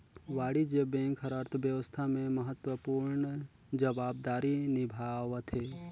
वाणिज्य बेंक हर अर्थबेवस्था में महत्वपूर्न जवाबदारी निभावथें